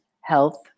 health